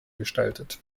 gestaltet